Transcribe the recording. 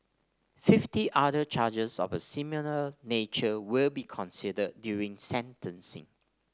fifty other charges of a similar nature will be considered during sentencing